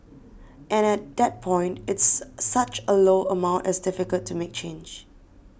and at that point it's such a low amount it's difficult to make change